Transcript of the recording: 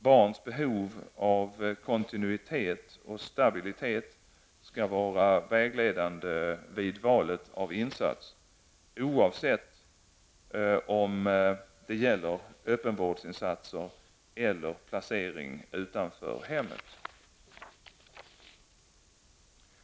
Barns behov av kontinuitet och stabilitet skall vara vägledande vid valet av insats, oavsett om det gäller öppenvårdsinsatser eller placering utanför hemmet.